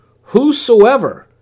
whosoever